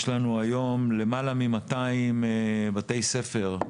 יש לנו היום למעלה מ-200 בתי ספר,